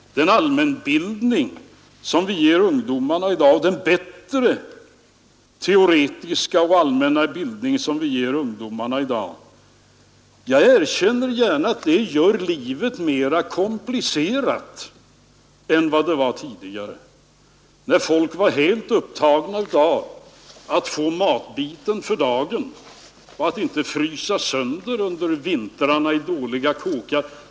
Jag erkänner gärna att den bättre teoretiska och allmänna bildning som vi ger ungdomarna i dag gör livet mera komplicerat än vad det var tidigare när folk var helt upptagna av att få matbiten för dagen och av att inte frysa sönder under vintrarna i dåliga kåkar.